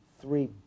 three